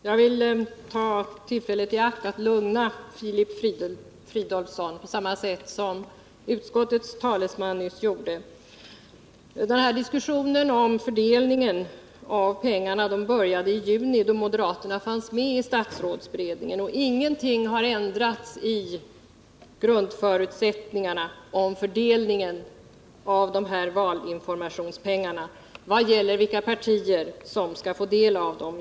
Herr talman! Jag vill ta tillfället i akt att lugna Filip Fridolfsson på samma sätt som utskottets talesman nyss gjorde. Diskussionen om fördelningen av pengarna började i juni då moderaterna fanns med i statsrådsberedningen. Ingenting har ändrats i grundförutsättningarna om fördelningen av valinformationspengarna vad gäller vilka partier som skall få del av dem.